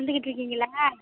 வந்துகிட்டுருக்கீங்களா